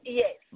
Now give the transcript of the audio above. yes